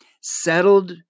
settled